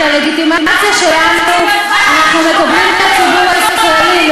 את הלגיטימציה שלנו אנחנו מקבלים מהציבור הישראלי,